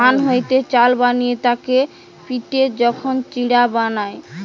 ধান হইতে চাল বানিয়ে তাকে পিটে যখন চিড়া বানায়